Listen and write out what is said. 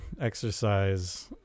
exercise